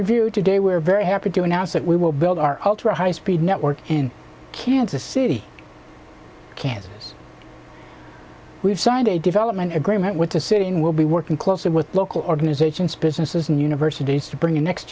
review today we're very happy to announce that we will build our ultra high speed network in kansas city kansas we've signed a development agreement with the city and will be working closely with local organizations businesses and universities to bring the next